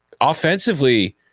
offensively